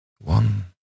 One